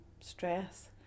stress